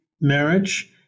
marriage